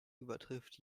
übertrifft